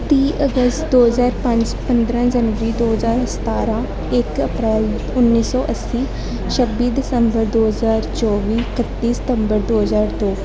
ਤੀਹ ਅਗਸਤ ਦੋ ਹਜ਼ਾਰ ਪੰਜ ਪੰਦਰ੍ਹਾਂ ਜਨਵਰੀ ਦੋ ਹਜ਼ਾਰ ਸਤਾਰਾਂ ਇੱਕ ਅਪ੍ਰੈਲ ਉੱਨੀ ਸੌ ਅੱਸੀ ਛੱਬੀ ਦਸੰਬਰ ਦੋ ਹਜ਼ਾਰ ਚੌਵੀ ਇਕੱਤੀ ਸਤੰਬਰ ਦੋ ਹਜ਼ਾਰ ਦੋ